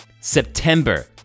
September